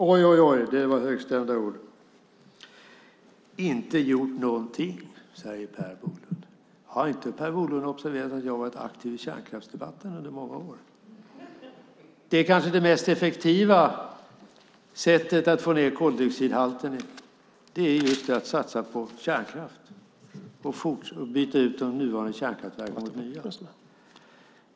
Fru talman! Oj, det var högstämda ord. Per Bolund säger att jag inte gjort något. Har Per Bolund inte observerat att jag har varit aktiv i kärnkraftsdebatten under många år? Det kanske mest effektiva sättet att få ned koldioxidhalten är att satsa på kärnkraft och byta ut de nuvarande kärnkraftverken mot nya.